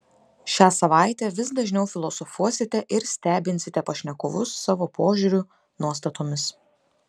šią savaitę vis dažniau filosofuosite ir stebinsite pašnekovus savo požiūriu nuostatomis